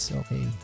okay